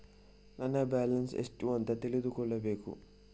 ನನ್ನ ಬ್ಯಾಲೆನ್ಸ್ ಎಷ್ಟು ಅಂತ ತಿಳಿದುಕೊಳ್ಳಬೇಕು?